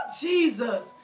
jesus